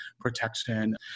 protection